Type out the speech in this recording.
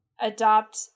adopt